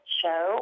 show